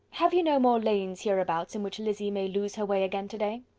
have you no more lanes hereabouts in which lizzy may lose her way again to-day?